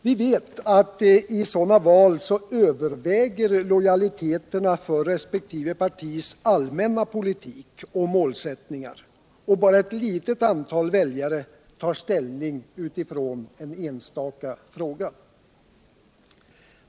Vi vet att i sådana val överväger lojaliteterna för resp. partis allmänna politik och målsättningar, och bara ett litet antal väljare tar ställning utifrån en enstaka fråga.